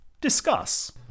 Discuss